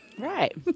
Right